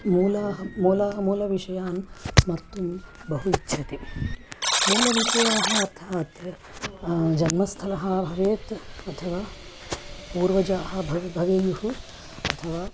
मूलं मूलं मूलविषयान् स्मर्तुं बहु इच्छति मूलविषयाः अर्थात् जन्मस्थलं भवेत् अथवा पूर्वजाः भव भवेयुः अथवा